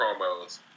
promos